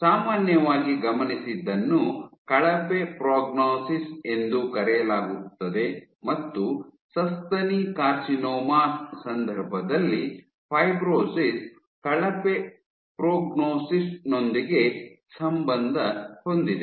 ಸಾಮಾನ್ಯವಾಗಿ ಗಮನಿಸಿದ್ದನ್ನು ಕಳಪೆ ಪ್ರೋಗ್ನೋಸಿಸ್ ಎಂದು ಕರೆಯಲಾಗುತ್ತದೆ ಮತ್ತು ಸಸ್ತನಿ ಕಾರ್ಸಿನೋಮಗಳ ಸಂದರ್ಭದಲ್ಲಿ ಫೈಬ್ರೋಸಿಸ್ ಕಳಪೆ ಪ್ರೋಗ್ನೋಸಿಸ್ ನೊಂದಿಗೆ ಸಂಬಂಧ ಹೊಂದಿದೆ